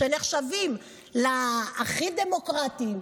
שנחשבים להכי דמוקרטיים,